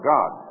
God